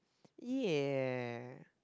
ya